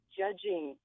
judging